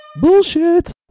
Bullshit